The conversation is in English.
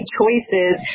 choices